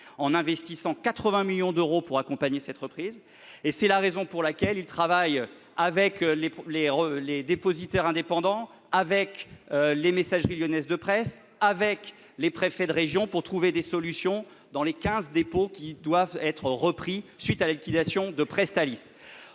il investit 80 millions d'euros pour accompagner cette reprise. Et c'est la raison laquelle il travaille avec les dépositaires indépendants, avec les Messageries lyonnaises de presse et avec les préfets de région afin de trouver des solutions pour les quinze dépôts qui doivent être repris après la liquidation de Presstalis.